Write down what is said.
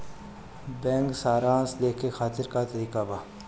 Bank सराश देखे खातिर का का तरीका बा?